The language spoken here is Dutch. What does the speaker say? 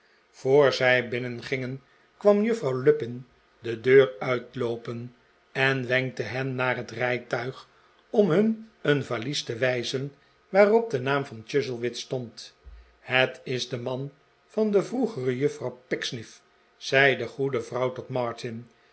voor zij binnengingen kwam juffrouw lupin de deur uitloopen en wenkte hen naar het rijtuig om hun een valies te wij zen waarop de naam van chuzzlewit stond het is de man van de vroegere juffrouw pecksniff zei de goede vrouw tot martin